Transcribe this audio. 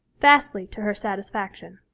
vastly to her satisfaction.